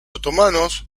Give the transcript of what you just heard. otomanos